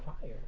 Fire